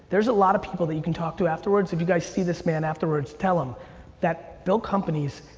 there's a lot of people that you can talk to afterwards. if you guys see this man afterwards, tell him that build companies,